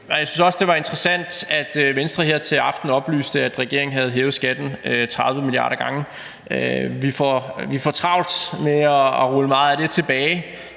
Jeg synes også, det var interessant, at Venstre her til aften oplyste, at regeringen havde hævet skatten 30 milliarder i gange. Vi får travlt med at rulle meget af det tilbage